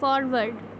forward